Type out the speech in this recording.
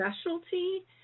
specialty